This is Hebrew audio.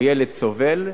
או ילד סובל,